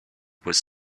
was